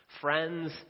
friends